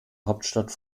hauptstadt